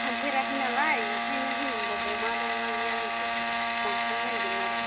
थांफेराखै नालाय ओंखायनो जों बबाव मा दं मा गैया नोंखौ लांफानो नागिरदोंमोन आरो